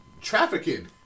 trafficking